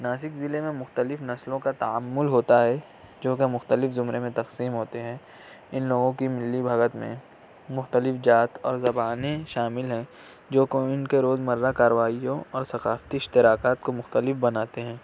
ناسک ضلع میں مختلف نسلوں کا تعامل ہوتا ہے جوکہ مختلف زمرے میں تقسیم ہوتے ہیں ان لوگوں کی ملی بھگت میں مختلف ذات اور زبانیں شامل ہیں جوکہ ان کے روزمرہ کاروائیوں اور ثقافتی اشتراکات کو مختلف بناتے ہیں